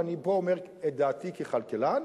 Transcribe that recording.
ואני אומר פה את דעתי ככלכלן,